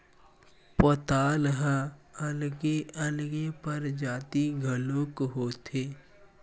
पताल ह अलगे अलगे परजाति घलोक होथे